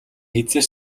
хэзээ